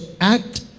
act